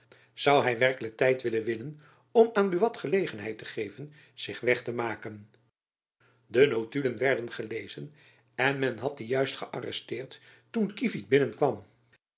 zoû hy werkelijk tijd wallen winnen om aan buat gelegenheid te geven zich weg te maken de notulen werden gelezen en men had die juist gearresteerd toen kievit binnenkwam